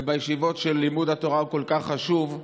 ובישיבות, שלימוד התורה כל כך חשוב,